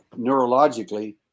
neurologically